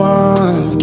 one